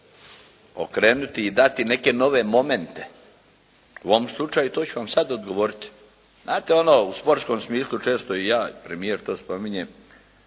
okrenuti i dati neke nove momente. U ovom slučaju to ću vam sad odgovoriti. Znate ono u sportskom smislu često ja i premijer to spominje